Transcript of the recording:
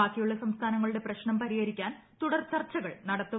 ബാക്കിയുള്ള സംസ്ഥാനങ്ങളുടെ പ്രശ്നം പരിഹരിക്കാൻ തുട്ർ ചർച്ചകൾ നടത്തും